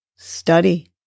study